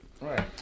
Right